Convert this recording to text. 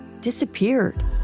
disappeared